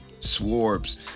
Swarbs